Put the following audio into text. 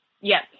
Yes